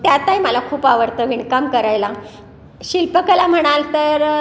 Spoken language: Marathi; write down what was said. त्यातही मला खूप आवडतं विणकाम करायला शिल्पकला म्हणाल तर